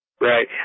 Right